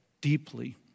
deeply